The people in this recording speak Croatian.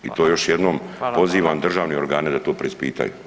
I to još jednom pozivam državne organe da to preispitaju.